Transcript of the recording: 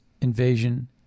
invasion